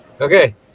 Okay